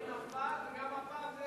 הבאה שנתניהו יעלה הוא ייקח על זה קרדיט,